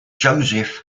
joseph